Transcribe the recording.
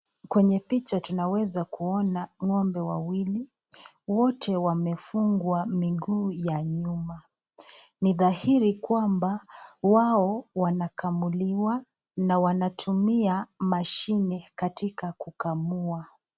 Kwenye picha tunaweza kuona ng'ombe wawili, wote wamefungwa miguu ya nyuma. Ni dhahiri kwamba wao wanakamuliwa na wanatumia mashini katika kukamua.